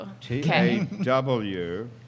T-A-W